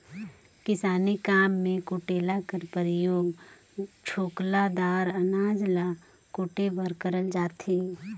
किसानी काम मे कुटेला कर परियोग छोकला दार अनाज ल कुटे बर करल जाथे